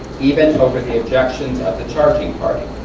even over the objections of the charging party.